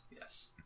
Yes